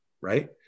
Right